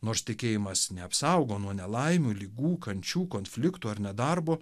nors tikėjimas neapsaugo nuo nelaimių ligų kančių konfliktų ar nedarbo